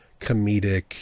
comedic